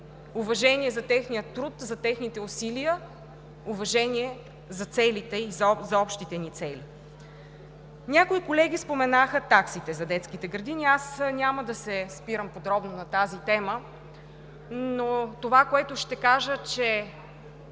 уважение за техния труд, за техните усилия, уважение за целите и за общите ни цели. Някои колеги споменаха таксите за детските градини. Аз няма да се спирам подробно на тази тема, но това, което ще кажа, е,